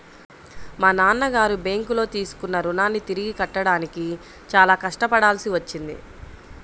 మా నాన్నగారు బ్యేంకులో తీసుకున్న రుణాన్ని తిరిగి కట్టడానికి చాలా కష్టపడాల్సి వచ్చింది